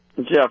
Jeff